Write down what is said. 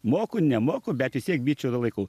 moku nemoku bet vis tiek bičių va laikau